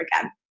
again